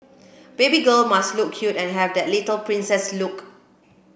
baby girl must look cute and have that little princess look